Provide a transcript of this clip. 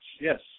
yes